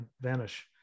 vanish